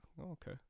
okay